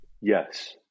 Yes